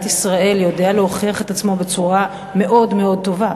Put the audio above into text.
ישראל יודע להוכיח את עצמו בצורה מאוד מאוד טובה.